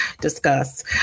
discuss